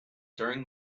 during